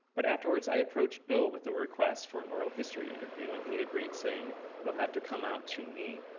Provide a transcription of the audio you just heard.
but afterwards, i approached bill with a request for an oral history interview. and he agreed, saying you'll have to come out to me,